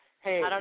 hey